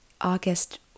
August